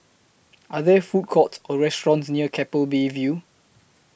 Are There Food Courts Or restaurants near Keppel Bay View